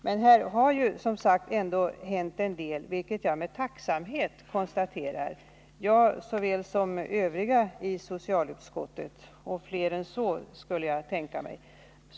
Men det har, som sagt, hänt en hel del, vilket jag såväl som övriga i socialutskottet och fler än så, skulle jag tänka mig, med tacksamhet konstaterar.